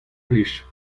plij